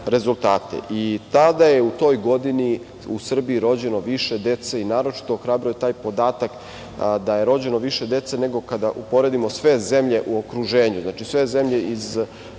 i tada je u toj godini u Srbiji rođeno više dece i naročito ohrabruje taj podatak da je rođeno više dece nego kada uporedimo sve zemlje u okruženju, znači sve zemlje koje